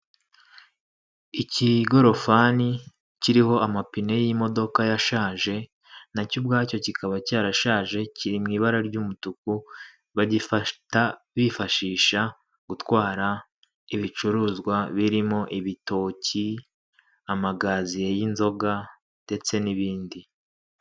Ikigorofani kiriho amapine y'imodoka yashaje nacyo ubwacyo kikaba cyarashaje kiri mu ibara ry'umutuku, bagifata bifashisha gutwara ibicuruzwa birimo ibitoki amagazi y'inzoga ndetse n'ibindi.